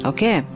Okay